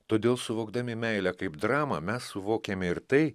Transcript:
todėl suvokdami meilę kaip dramą mes suvokiame ir tai